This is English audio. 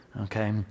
okay